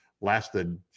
lasted